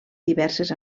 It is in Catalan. diverses